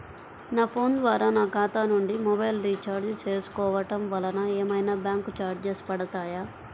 నా ఫోన్ ద్వారా నా ఖాతా నుండి మొబైల్ రీఛార్జ్ చేసుకోవటం వలన ఏమైనా బ్యాంకు చార్జెస్ పడతాయా?